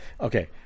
Okay